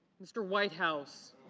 mr. whitehouse.